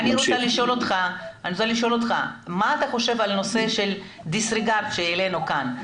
אני רוצה לשאול אותך מה אתה חושב על הנושא של דיס-ריגרד שהעלינו כאן,